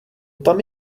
tam